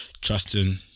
Trusting